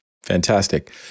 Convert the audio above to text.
Fantastic